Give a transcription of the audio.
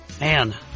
Man